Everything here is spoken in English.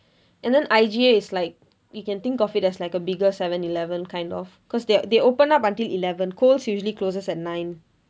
and then I_G_A is like you can think of it like as a bigger seven eleven kind of cause they they open up until eleven coles usually closes at nine